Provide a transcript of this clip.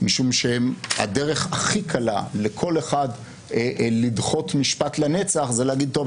משום שהדרך הכי קלה לכל אחד לדחות משפט לנצח זה להגיד: טוב,